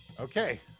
Okay